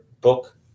book